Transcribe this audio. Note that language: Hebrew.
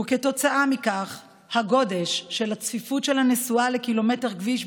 וכתוצאה מכך הגודש, צפיפות הנסועה לקילומטר כביש,